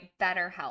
BetterHelp